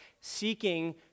seeking